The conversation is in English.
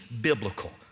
biblical